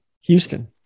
Houston